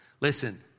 Listen